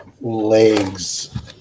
legs